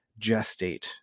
gestate